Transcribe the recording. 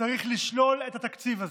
צריך לשלול את התקציב הזה,